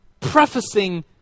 prefacing